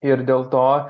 ir dėl to